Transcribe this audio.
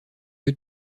eux